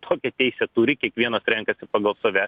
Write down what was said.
tokią teisę turi kiekvienas renkasi pagal save